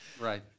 Right